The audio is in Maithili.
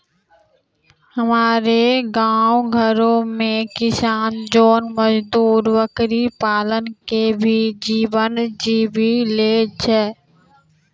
हमरो गांव घरो मॅ किसान जोन मजदुर बकरी पाली कॅ भी जीवन जीवी लॅ छय